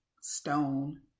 stone